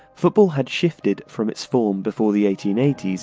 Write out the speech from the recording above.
football had shifted from its form before the eighteen eighty s,